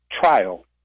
trial